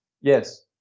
Yes